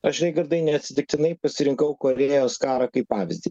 aš raigardai neatsitiktinai pasirinkau korėjos karą kaip pavyzdį